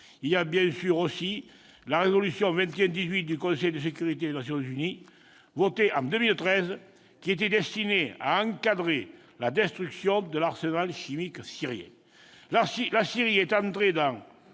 il y a bien sûr aussi la résolution 2118 du Conseil de sécurité des Nations unies votée en 2013 et destinée à encadrer la destruction de l'arsenal chimique syrien. La Syrie est entrée dans